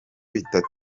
bitatu